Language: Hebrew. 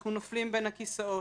אנחנו נופלים בין הכיסאות.